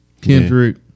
Kendrick